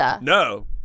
No